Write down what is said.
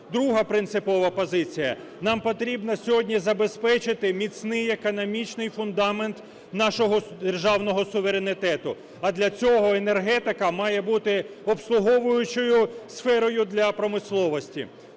Друга принципова позиція. Нам потрібно сьогодні забезпечити міцний економічний фундамент нашого державного суверенітету, а для цього енергетика має бути обслуговуючою сферою для промисловості.